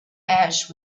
ash